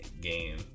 game